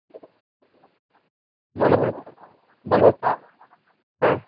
মানে মানে তার হ্যাঁ